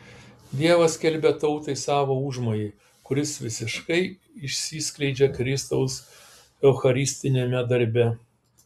dievas skelbia tautai savo užmojį kuris visiškai išsiskleidžia kristaus eucharistiniame darbe